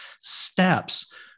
steps